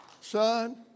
Son